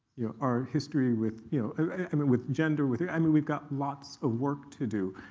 yeah our history with you know i mean with gender, with i mean, we've got lots of work to do.